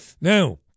Now